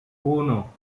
uno